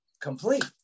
complete